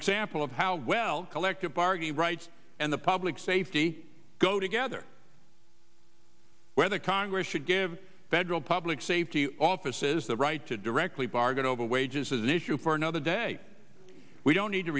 example of how well collective bargaining rights and the public safety go together whether congress should give federal public safety offices the right to directly bargain over wages is an issue for another day we don't need to